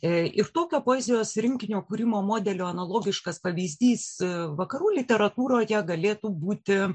ir tokio poezijos rinkinio kūrimo modelio analogiškas pavyzdys vakarų literatūroje galėtų būti